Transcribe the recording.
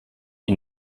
qui